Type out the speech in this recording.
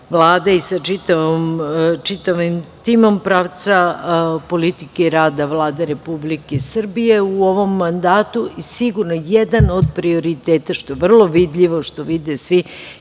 i sa čitavim timom pravca politike rada Vlade Republike Srbije u ovom mandatu. Sigurno jedan od prioriteta, što je vrlo vidljivo, što vide svi